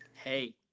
Hey